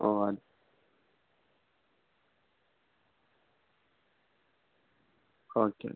ഓ ആ okay okay